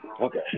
Okay